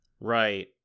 Right